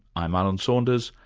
i'm alan saunders.